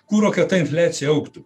kuro kad ta infliacija augtų